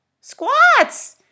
Squats